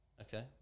okay